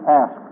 ask